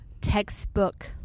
textbook